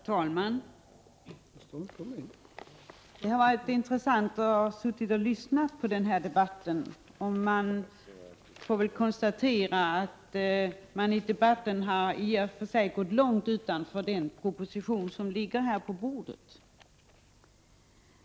Herr talman! Det har varit intressant att sitta och lyssna på den här debatten. Man kan väl konstatera att talarna i debatten i och för sig har gått långt vid sidan av den proposition som ligger här på bordet.